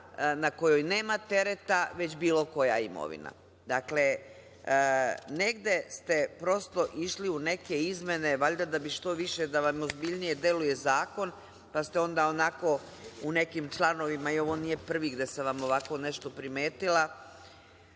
na kojoj nema tereta, već bilo koja imovina? Dakle, negde ste prosto išli u neke izmene, valjda da bi što više da vam ozbiljnije deluje zakon, pa ste onda onako u nekim članovima, i ovo nije prvi da sam vam ovako nešto primetila,